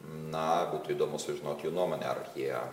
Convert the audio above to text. na būtų įdomu sužinot jų nuomonę ar jie